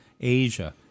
Asia